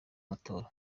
matora